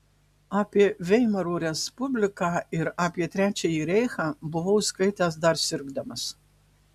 apie veimaro respubliką ir apie trečiąjį reichą buvau skaitęs dar sirgdamas